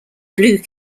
blue